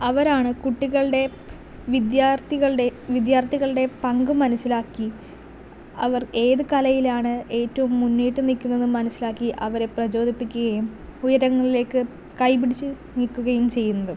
അവരാണ് കുട്ടികളുടെ വിദ്യാർത്ഥികളുടെ വിദ്യാർത്ഥികളുടെ പങ്ക് മനസ്സിലാക്കി അവർ ഏത് കലയിലാണ് ഏറ്റവും മുന്നിട്ട് നിൽക്കുന്നതും മനസ്സിലാക്കി അവരെ പ്രചോദിപ്പിക്കുകയും ഉയരങ്ങളിലേക്ക് കൈ പിടിച്ച് നീക്കുകയും ചെയ്യുന്നത്